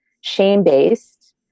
shame-based